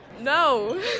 No